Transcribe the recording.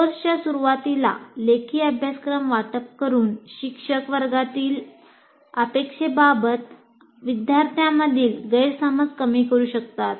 कोर्सच्या सुरूवातीला लेखी अभ्यासक्रम वाटप करून शिक्षक वर्गातील अपेक्षेबाबत विद्यार्थ्यांमधील गैरसमज कमी करू शकतात